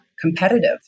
competitive